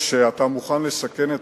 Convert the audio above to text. שאתה מוכן לסכן את